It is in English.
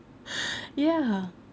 ya